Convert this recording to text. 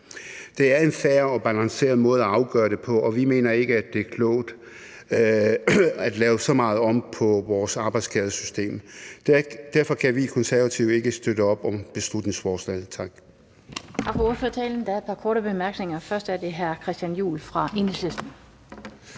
Det er en fair og balanceret måde at afgøre det på, og vi mener ikke, at det er klogt at lave så meget om på vores arbejdsskadesystem. Derfor kan vi i Konservative ikke støtte op om beslutningsforslaget.